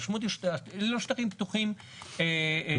המשמעות היא שאלו לא שטחים פתוחים רציפים,